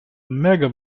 mega